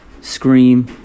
Scream